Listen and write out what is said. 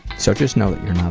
so just know that you're